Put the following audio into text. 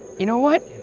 you know what?